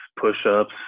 push-ups